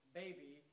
baby